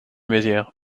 mézières